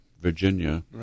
Virginia